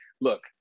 look